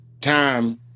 time